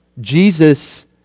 Jesus